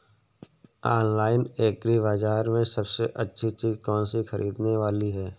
Online agri बाजार में सबसे अच्छी चीज कौन सी ख़रीदने वाली है?